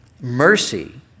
mercy